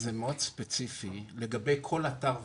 זה שונה לכל אתר ואתר.